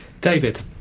David